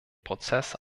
prozess